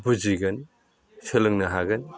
बुजिगोन सोलिनो हागोन